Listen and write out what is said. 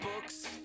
books